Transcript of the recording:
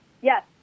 Yes